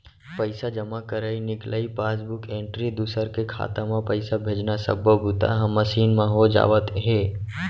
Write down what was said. पइसा जमा करई, निकलई, पासबूक एंटरी, दूसर के खाता म पइसा भेजना सब्बो बूता ह मसीन म हो जावत हे